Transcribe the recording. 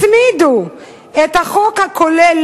הצמידו את החוק הכולל,